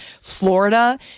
Florida